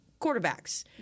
quarterbacks